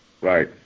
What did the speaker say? Right